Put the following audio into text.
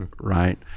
right